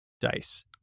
dice